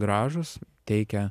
gražūs teikia